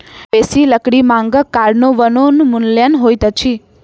बेसी लकड़ी मांगक कारणें वनोन्मूलन होइत अछि